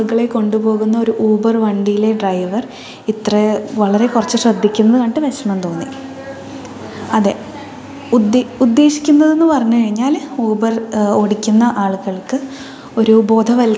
ആളുകളെ കൊണ്ടുപോകുന്ന ഒരു ഊബർ വണ്ടീലെ ഡ്രൈവർ ഇത്ര വളരെ കുറച്ചു ശ്രദ്ധിക്കുന്ന കണ്ട് വിഷമം തോന്നി അതെ ഉദ്ദേശിക്കുന്നത് എന്ന് പറഞ്ഞുകഴിഞ്ഞാൽ ഊബർ ഓടിക്കുന്ന ആളുകൾക്ക് ഒരു ബോധവത്ക്കരണം